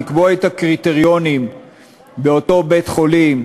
לקבוע את הקריטריונים באותו בית-חולים,